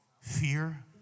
fear